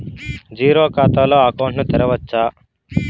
Zero ఖాతా తో account ను తెరవచ్చా?